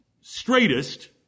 straightest